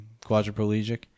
quadriplegic